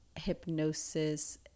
hypnosis